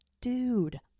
dude